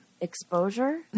Exposure